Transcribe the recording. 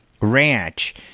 Ranch